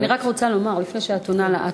אני רק רוצה לומר לפני שאת עונה לה,